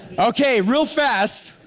okay, real fast.